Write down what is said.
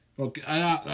Okay